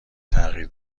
تغییر